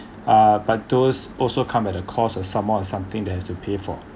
uh but those also come at a cost of someone something that has to pay for